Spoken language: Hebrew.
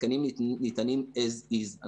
התקנים ניתנים as is.